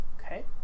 Okay